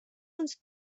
uns